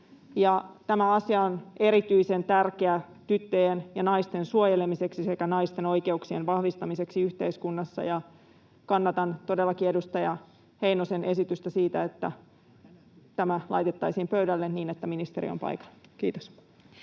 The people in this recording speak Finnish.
tämä asia on erityisen tärkeä tyttöjen ja naisten suojelemiseksi sekä naisten oikeuksien vahvistamiseksi yhteiskunnassa. Kannatan todellakin edustaja Heinosen esitystä siitä, että tämä laitettaisiin pöydälle niin, että ministeri on paikalla. — Kiitos.